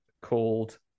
called